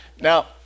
Now